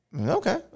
Okay